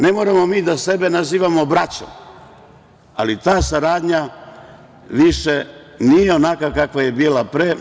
Ne moramo mi sebe da nazivamo braćom, ali ta saradnja više nije onakva kakva je bila pre.